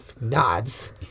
nods